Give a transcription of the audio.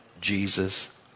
Jesus